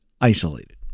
isolated